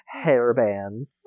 hairbands